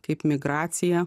kaip migracija